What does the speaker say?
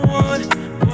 one